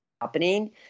happening